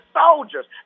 soldiers